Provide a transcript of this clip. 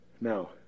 Now